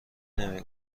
نمی